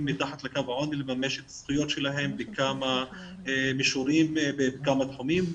מתחת לקו העוני לממש את הזכויות שלהם בכמה מישורים ובכמה תחומים,